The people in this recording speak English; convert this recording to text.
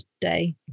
day